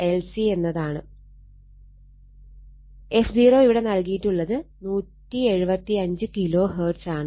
f0 ഇവിടെ നൽകിയിട്ടുള്ളത് 175 kilo hertz ആണ്